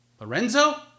Lorenzo